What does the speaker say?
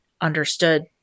understood